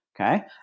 okay